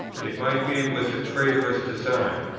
it might be with a traitorous design.